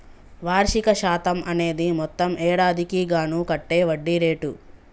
వార్షిక శాతం అనేది మొత్తం ఏడాదికి గాను కట్టే వడ్డీ రేటు